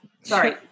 Sorry